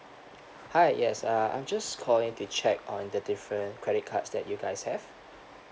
hi yes uh I'm just calling to check on the different credit cards that you guys have